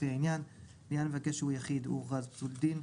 לפי עניין: לעניין המבקש שהוא יחיד הוא --- פסול דין,